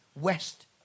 west